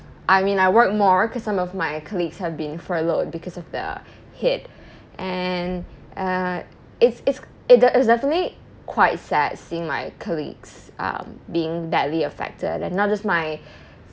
I mean I work more because some of my colleagues have been furloughed because of the hit and uh it's it's it de~ it's definitely quite sad seeing my colleagues um being badly affected not just my